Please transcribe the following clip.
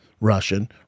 Russian